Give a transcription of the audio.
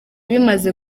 bimaze